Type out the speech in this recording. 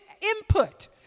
input